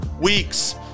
weeks